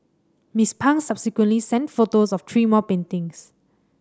Miss Pang subsequently sent photos of three more paintings